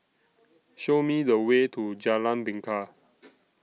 Show Me The Way to Jalan Bingka